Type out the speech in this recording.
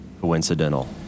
coincidental